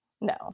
no